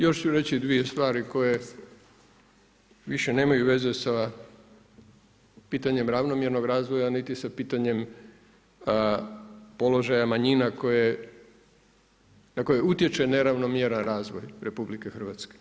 Još ću reći dvoje stvari koje više nemaju veze sa pitanje ravnomjernog razvoja niti sa pitanjem položaja manjina na koje utječe neravnomjeran razvoj RH.